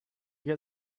get